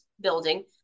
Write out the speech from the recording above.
building